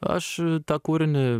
aš tą kūrinį